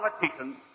politicians